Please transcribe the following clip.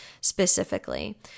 specifically